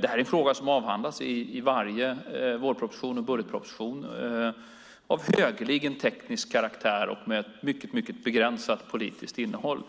Detta är en fråga som avhandlas i varje budgetproposition och vårproposition. Den är av högeligen teknisk karaktär och har mycket begränsat politiskt innehåll.